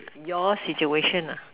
your situation